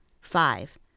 Five